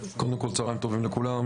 קודם כל, צוהריים טובים לכולם.